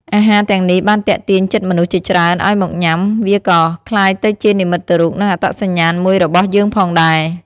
អាហារទាំងនេះបានទាក់ទាញចិត្តមនុស្សជាច្រើនឲ្យមកញុំា វាក៏៏ក្លាយទៅជានិមិត្តរូប និងអត្ដសញ្ញាណមួយរបស់យើងផងដែរ។